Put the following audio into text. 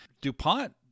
DuPont